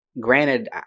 granted